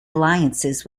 alliances